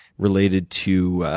related to